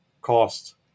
cost